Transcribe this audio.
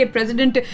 President